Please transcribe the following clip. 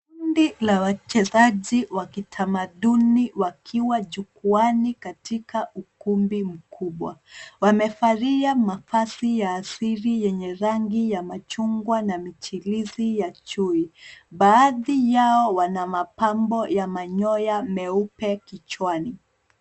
Kundi la wachezaji wa kitamaduni wakiwa jukwaani katika ukumbi mkubwa. Wamevalia mavazi ya asili yenye rangi ya machungwa na michirizi ya chui. Baadhi yao wana mapambo ya manyoya meupe kichwani.